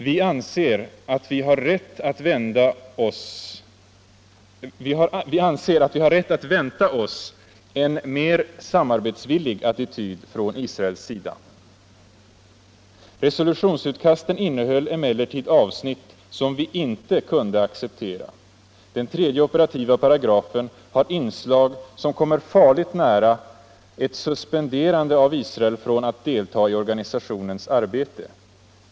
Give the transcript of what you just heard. Vi anser att vi har rätt att vänta oss en mer samarbetsvillig attityd från Israels sida. Resolutionsutkasten innehöll emellertid avsnitt som vi inte kunde acceptera. Den tredje operativa paragrafen har inslag som kommer farligt nära ett suspenderande av Israel från att delta i organisationens arbete.